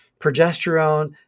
progesterone